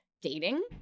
dating